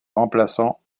remplaçant